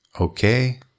Okay